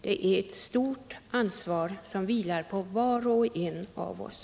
Det är ett stort ansvar som vilar på var och en av oss.